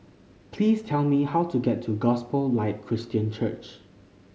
please tell me how to get to Gospel Light Christian Church